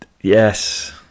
yes